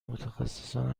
متخصصان